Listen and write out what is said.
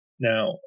Now